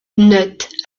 notes